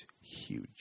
huge